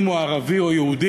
אם הוא ערבי או יהודי,